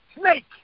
snake